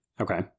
okay